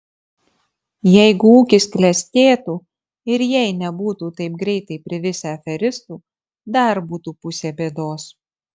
jeigu ūkis klestėtų ir jei nebūtų taip greitai privisę aferistų dar būtų pusė bėdos